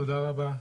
תודה רבה.